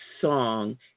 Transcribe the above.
song